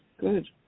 good